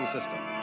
System